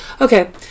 Okay